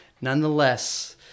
nonetheless